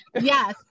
Yes